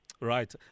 Right